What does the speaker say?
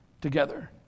together